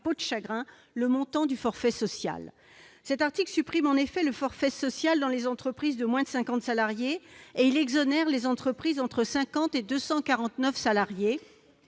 de chagrin le montant du forfait social. Cet article supprime en effet le forfait social dans les entreprises de moins de 50 salariés, et il exonère les entreprises entre 50 et 249 salariés